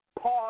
Pause